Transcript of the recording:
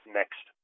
next